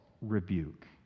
rebuke